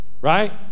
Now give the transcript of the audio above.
right